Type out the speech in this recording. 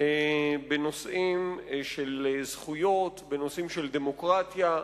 בנושאים של זכויות, בנושאים של דמוקרטיה,